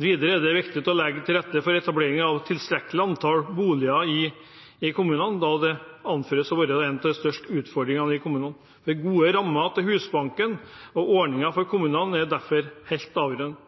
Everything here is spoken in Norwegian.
Videre er det viktig å legge til rette for etablering av et tilstrekkelig antall boliger i kommunene, da det anføres å være den største utfordringen i kommunene. Gode rammer til Husbanken og ordninger for kommunene er derfor helt avgjørende.